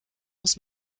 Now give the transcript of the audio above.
muss